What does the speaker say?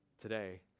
today